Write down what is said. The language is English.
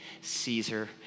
Caesar